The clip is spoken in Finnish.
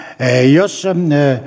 jos